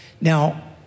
Now